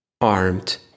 armed